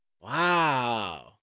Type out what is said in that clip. Wow